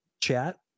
chat